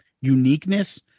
uniqueness